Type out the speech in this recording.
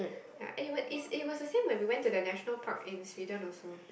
ya and it was is it was the same when we went to the National Park in Sweden also